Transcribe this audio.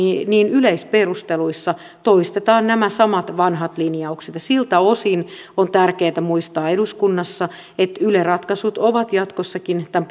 yleisperusteluissa toistetaan nämä samat vanhat linjaukset ja siltä osin on tärkeätä muistaa eduskunnassa että yle ratkaisut ovat jatkossakin tämän